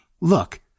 Look